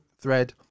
thread